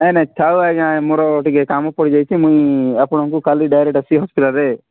ନାଇଁ ନାଇଁ ଥାଉ ଆଜ୍ଞା ଏ ମୋର ଟିକେ କାମ ପଡ଼ିଯାଇଛି ମୁଁ ଆପଣଙ୍କୁ କାଲି ଡାଇରେକ୍ଟ୍ ଆସି ହସ୍ପିଟାଲ୍ରେ